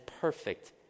perfect